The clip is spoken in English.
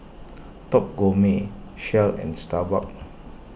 Top Gourmet Shell and Starbucks